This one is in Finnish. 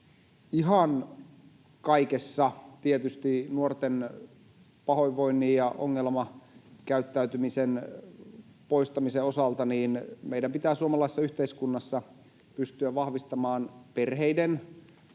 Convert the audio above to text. ihan kaiken nuorten pahoinvoinnin ja ongelmakäyttäytymisen poistamisen osalta meidän pitää suomalaisessa yhteiskunnassa pystyä vahvistamaan perheiden roolia